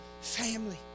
Family